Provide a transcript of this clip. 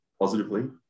positively